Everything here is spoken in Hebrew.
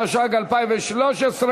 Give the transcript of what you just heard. התשע"ג 2013,